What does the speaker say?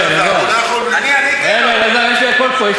יש לי הכול פה.